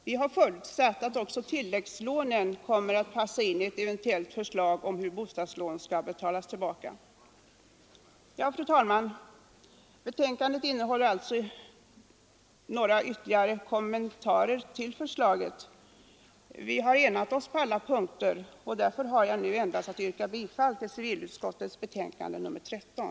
Vi har förutsatt att också tilläggslånen kommer att passa in i ett eventuellt förslag om hur bostadslån skall betalas tillbaka. Fru talman! Betänkandet innehåller några ytterligare kommentarer till förslaget. Vi har enat oss på alla punkter. Därför har jag nu endast att yrka bifall till civilutskottets hemställan i betänkande nr 13.